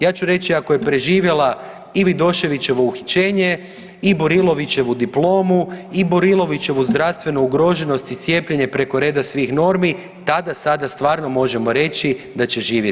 Ja ću reći ako je preživjela i Vidoševićevo uhićenje i Burilovićevu diplomu i Burilovićevu zdravstvenu ugroženost i cijepljenje preko reda svih normi, tada sada stvarno možemo reći da će živjeti vječno.